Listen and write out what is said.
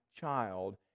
child